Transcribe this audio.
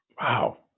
Wow